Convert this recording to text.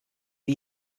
wie